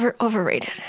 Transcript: Overrated